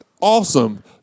awesome